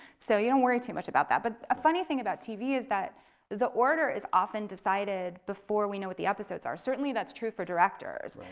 so you don't worry too much about that. but a funny thing about tv is that the order is often decided before we know what the episodes are. certainly that's true for directors.